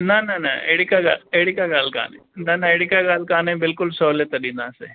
न न न अहिड़ी का ॻाल्हि कान्हे न न अहिड़ी का ॻाल्हि कान्हे बिल्कुलु सहूलियत ॾींदासे